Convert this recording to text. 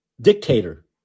dictator